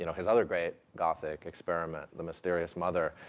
you know his other great gothic experiment, the mysterious mother,